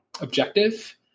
objective